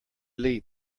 leap